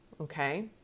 okay